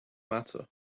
matter